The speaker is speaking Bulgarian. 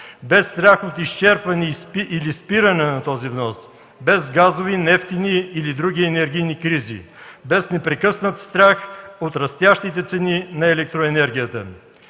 без страх от изчерпване или спиране на този внос, без газови, нефтени или други енергийни кризи, без непрекъснат страх от растящите цени на електроенергията.